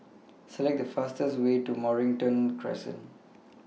Select The fastest Way to Mornington Crescent